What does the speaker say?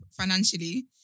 financially